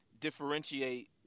differentiate